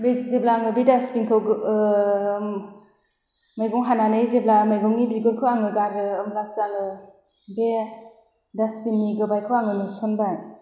बे जेब्ला आङो बे डासबिनखौ गो मैगं हानानै जेब्ला मैगंनि बिगुरखौ आङो गारो होमब्लासो आङो बे डासबिननि गोबायखौ आङो नुसनबाय